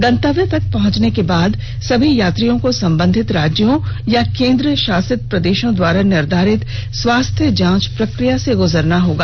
गंतव्य पर पहुंचने के बाद सभी यात्रियों को संबंधित राज्यों या केन्द्र शासित प्रदेशों द्वारा निर्धारित स्वास्थ्य जांच प्रक्रिया से गुजरना होगा